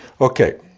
Okay